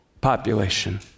population